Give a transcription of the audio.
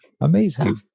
Amazing